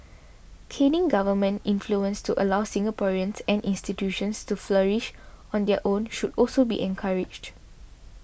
ceding government influence to allow Singaporeans and institutions to flourish on their own should also be encouraged